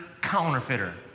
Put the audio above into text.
counterfeiter